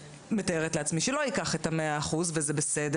תודה.